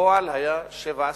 בפועל היה 0.7%;